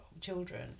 children